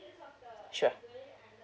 sure